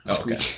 Okay